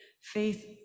Faith